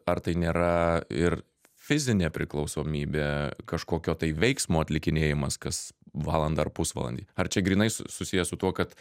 ar tai nėra ir fizinė priklausomybė kažkokio tai veiksmo atlikinėjimas kas valandą ar pusvalandį ar čia grynai su susiję su tuo kad